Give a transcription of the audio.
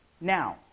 Now